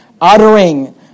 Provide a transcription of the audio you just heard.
uttering